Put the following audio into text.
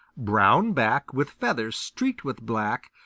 brown back with feathers streaked with black,